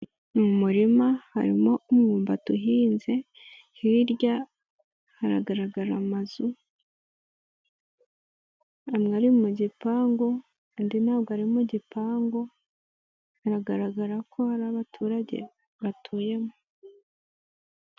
Mu murima harimo umwumba uhinze, hirya hagaragara amazu amwe ari mu gipangu, andi ntabwo ari mu gipangu, hagaragara ko hari abaturage batuyemo.